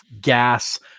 gas